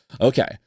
Okay